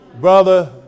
Brother